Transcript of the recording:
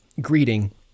greeting